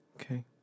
okay